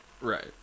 Right